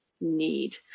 Need